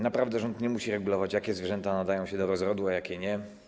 Naprawdę rząd nie musi regulować, jakie zwierzęta nadają się do rozrodu, a jakie nie.